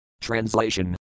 translation